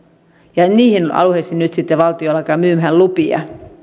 ja niihin alueisiin nyt sitten valtio alkaa myymään lupia